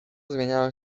zmieniają